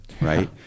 right